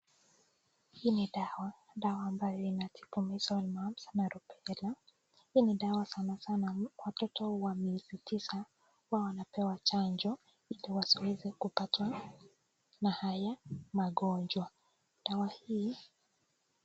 Hii ni dawa, dawa ambayo inatibu measles, mumps na rubella . Hii ni dawa sana sana watoto wa miezi tisa huwa wanapewa chanjo ili wasiweze kupatwa na haya magonjwa. Dawa hii